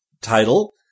Title